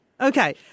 Okay